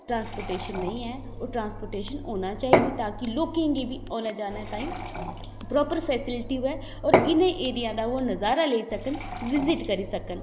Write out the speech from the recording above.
transportation नेईं ऐ ओह् ट्रांसपोर्टेशन होना चाहिदी ता कि लोकें गी बी औने जाने ताहीं प्रॉपर फैसिलिटी होऐ तां इ'नें ऐरियें दा ओह् नजारा लेई सकन विजिट करी सकन